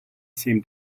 seemed